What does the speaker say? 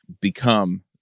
become